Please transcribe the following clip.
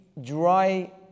dry